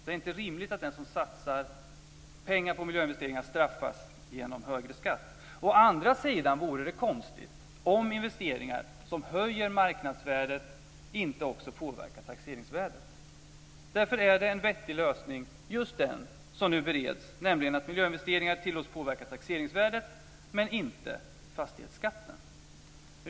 Det är inte rimligt att den som satsar pengar på miljöinvesteringar straffas genom högre skatt. Å andra sidan vore det konstigt om investeringar som höjer marknadsvärdet inte också påverkar taxeringsvärdet. Därför är det en vettig lösning som nu bereds, nämligen att miljöinvesteringar tillåts påverka taxeringsvärdet men inte fastighetsskatten.